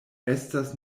estas